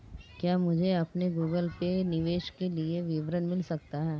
क्या मुझे अपने गूगल पे निवेश के लिए विवरण मिल सकता है?